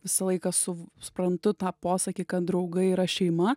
visą laiką su suprantu tą posakį kad draugai yra šeima